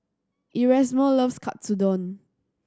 Erasmo loves Katsudon